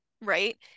right